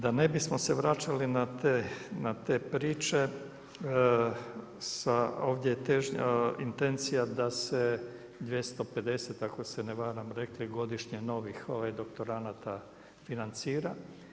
Da ne bi smo se vraćali na te priče, ovdje je intencija da se 250 ako se ne varam, rekli godišnje novih doktoranata financira.